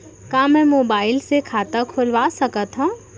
का मैं मोबाइल से खाता खोलवा सकथव?